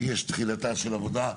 יש תחילה של עבודה.